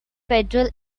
federal